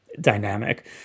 dynamic